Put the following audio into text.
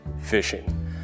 fishing